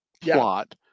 plot